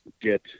get